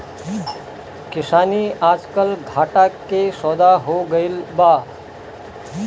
किसानी आजकल घाटा के सौदा हो गइल बा